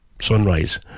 sunrise